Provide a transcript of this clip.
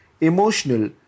emotional